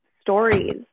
stories